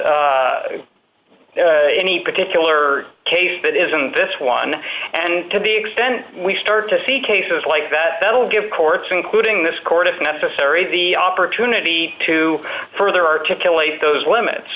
any particular case but isn't this one and to the extent we start to see cases like that that will give courts including this court if necessary the opportunity to further articulate those limits